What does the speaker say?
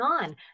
on